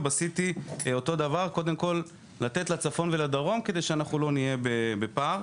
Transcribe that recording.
וב-CT אותו דבר: קודם כל לתת לצפון ולדרום כדי שאנחנו לא נהיה בפער.